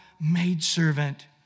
maidservant